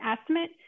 estimate